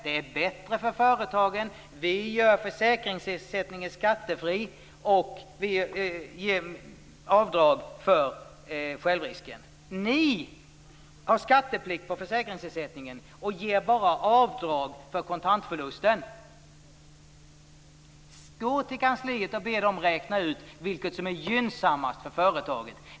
Det är bättre för företagen. Vi gör försäkringsersättningen skattefri, och vi ger avdrag för självrisken. Ni har skatteplikt på försäkringsersättningen och ger bara avdrag för kontantförlusten. Gå till kansliet och be dem räkna ut vilket som är gynnsammast för företaget!